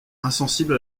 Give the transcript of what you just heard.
insensible